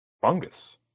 fungus